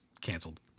canceled